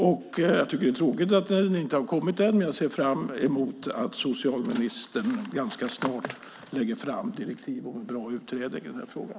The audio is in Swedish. Men jag tycker att det är tråkigt att utredningen ännu inte kommit till stånd. Dock ser jag fram emot att socialministern ganska snart lägger fram direktiv och presenterar en bra utredning i frågan.